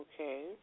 Okay